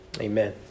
Amen